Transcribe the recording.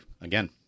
again